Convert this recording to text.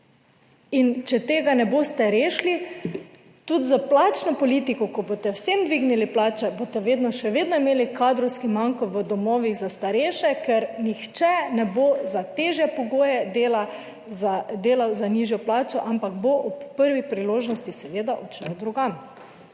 In če tega ne boste rešili. Tudi s plačno politiko, ko boste vsem dvignili plače, boste vedno še vedno imeli kadrovski manko v domovih za starejše, ker nihče ne bo za težje pogoje del delal za nižjo plačo, ampak bo ob prvi priložnosti seveda odšel drugam?